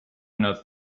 not